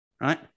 right